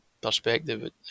perspective